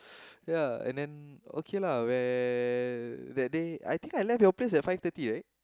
ya and then okay lah where that day I think I left your place at five thirty right